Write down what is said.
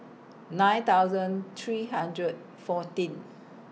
nine thousand three hundred fourteen